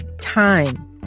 time